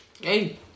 Hey